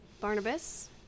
Barnabas